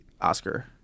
Oscar